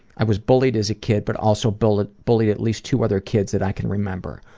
i was bullied as a kid but also bullied at bullied at least two other kids that i can remember.